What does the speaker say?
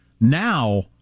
Now